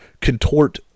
contort